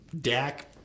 Dak